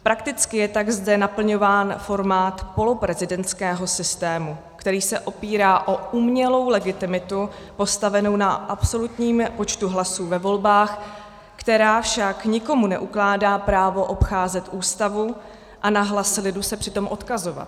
Prakticky je tak zde naplňován formát poloprezidentského systému, který se opírá o umělou legitimitu postavenou na absolutním počtu hlasů ve volbách, která však nikomu neukládá právo obcházet Ústavu a na hlas lidu se přitom odkazovat.